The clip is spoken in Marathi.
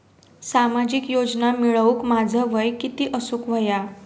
सामाजिक योजना मिळवूक माझा वय किती असूक व्हया?